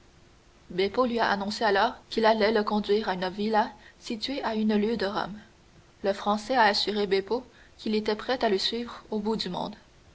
lui beppo lui a annoncé alors qu'il allait le conduire à une villa située à une lieue de rome le français a assuré beppo qu'il était prêt à le suivre au bout du monde